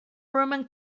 roman